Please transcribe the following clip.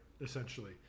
essentially